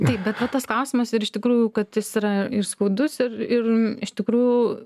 taip bet va tas klausimas ir iš tikrųjų kad jis yra ir skaudus ir ir iš tikrųjų